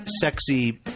sexy